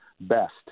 best